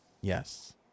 Yes